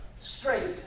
straight